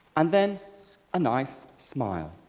um then a nice smile.